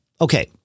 Okay